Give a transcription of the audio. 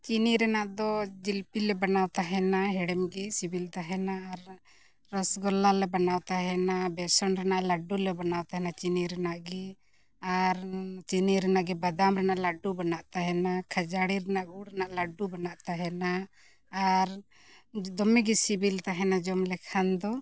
ᱪᱤᱱᱤ ᱨᱮᱱᱟᱜ ᱫᱚ ᱡᱷᱤᱞᱯᱤ ᱞᱮ ᱵᱟᱱᱟᱣ ᱛᱟᱦᱮᱱᱟ ᱦᱮᱲᱮᱢ ᱜᱮ ᱥᱤᱵᱤᱞ ᱛᱟᱦᱮᱱᱟ ᱟᱨ ᱨᱚᱥᱜᱚᱞᱞᱟ ᱞᱮ ᱵᱟᱱᱟᱣ ᱛᱟᱦᱮᱱᱟ ᱵᱮᱥᱚᱱ ᱨᱮᱱᱟᱜ ᱞᱟᱹᱰᱩ ᱞᱮ ᱵᱟᱱᱟᱣ ᱛᱟᱦᱮᱱᱟ ᱪᱤᱱᱤ ᱨᱮᱱᱟᱜ ᱜᱮ ᱟᱨ ᱪᱤᱱᱤ ᱨᱮᱱᱟᱜ ᱜᱮ ᱵᱟᱫᱟᱢ ᱨᱮᱱᱟᱜ ᱞᱟᱹᱰᱩ ᱵᱮᱱᱟᱜ ᱛᱟᱦᱮᱱᱟ ᱠᱷᱟᱹᱡᱟᱹᱲᱤ ᱨᱮᱱᱟᱜ ᱜᱩᱲ ᱨᱮᱱᱟᱜ ᱞᱟᱹᱰᱩ ᱵᱮᱱᱟᱜ ᱛᱟᱦᱮᱱᱟ ᱟᱨ ᱫᱚᱢᱮ ᱜᱮ ᱥᱤᱵᱤᱞ ᱛᱟᱦᱮᱱᱟ ᱡᱚᱢ ᱞᱮᱠᱷᱟᱱ ᱫᱚ